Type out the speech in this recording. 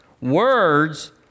Words